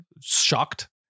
shocked